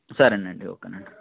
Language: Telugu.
సరేనండి ఓకే అండి